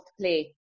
play